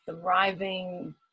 thriving